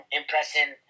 impressing